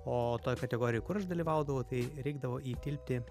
o toj kategorijoj kur aš dalyvaudavau tai reikdavo įtilpti